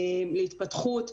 להתפתחות,